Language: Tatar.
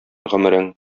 гомерең